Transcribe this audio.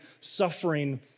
suffering